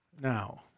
Now